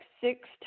six